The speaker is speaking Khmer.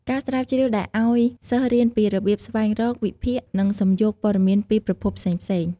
ការស្រាវជ្រាវដែលអោយ សិស្សរៀនពីរបៀបស្វែងរក វិភាគ និងសំយោគព័ត៌មានពីប្រភពផ្សេងៗ។